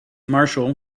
marshall